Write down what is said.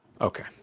Okay